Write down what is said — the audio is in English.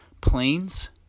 planes